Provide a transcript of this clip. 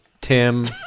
Tim